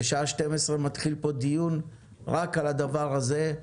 בשעה 12:00 מתחיל פה דיון רק על הדבר הזה,